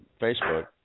Facebook